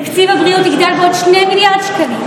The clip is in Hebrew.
תקציב הבריאות יגדל בעוד 2 מיליארד שקל,